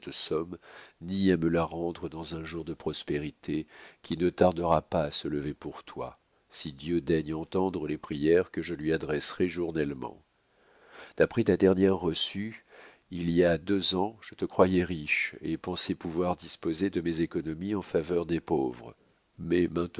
ni à me la rendre dans un jour de prospérité qui ne tardera pas à se lever pour toi si dieu daigne entendre les prières que je lui adresserai journellement d'après ta dernière reçue il y a deux ans je te croyais riche et pensais pouvoir disposer de mes économies en faveur des pauvres